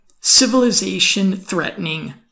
civilization-threatening